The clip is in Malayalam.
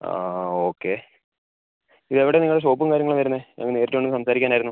ആ ഓക്കെ ഇത് എവിടെയാണ് നിങ്ങളുടെ ഷോപ്പും കാര്യങ്ങളും വരുന്നത് ഒന്ന് നേരിട്ടു കണ്ട് സംസാരിക്കാൻ ആയിരുന്നു